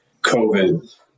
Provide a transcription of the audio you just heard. COVID